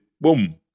boom